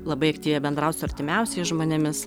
labai aktyviai bendraut su artimiausiais žmonėmis